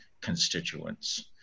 constituents